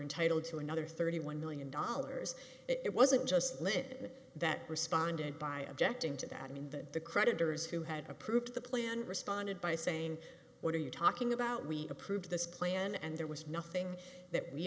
entitled to another thirty one million dollars it wasn't just limit that responded by objecting to that mean that the creditors who had approved the plan responded by saying what are you talking about we approve this plan and there was nothing that we